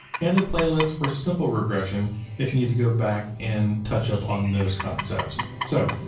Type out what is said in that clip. and the playlist for simple regression if you need to go back and touch up on those concepts. so,